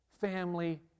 family